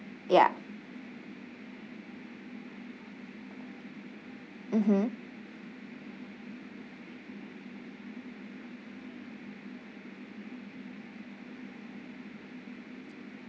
ya mmhmm